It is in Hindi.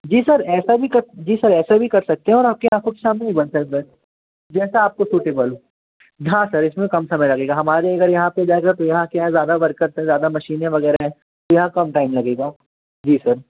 जी सर ऐसा भी कर जी सर ऐसा भी कर सकते हैं और आपके यहाँ कुछ समूह बन कर जैसा आपको सूटेबल हो हाँ सर इसमें कम समय लगेगा हमारे अगर यहाँ पर जाएगा तो यहाँ क्या है ज़्यादा वर्कर्स है ज़्यादा मशीनेँ वग़ैरह है तो यहाँ कम टाइम लगेगा जी सर